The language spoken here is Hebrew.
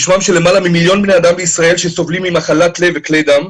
בשמם של למעלה ממיליון בני אדם בישראל שסובלים ממחלת לב וכלי דם,